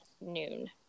noon